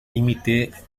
límite